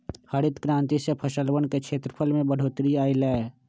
हरित क्रांति से फसलवन के क्षेत्रफल में बढ़ोतरी अई लय